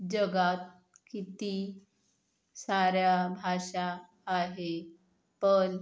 जगात किती साऱ्या भाषा आहेत पण